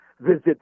visit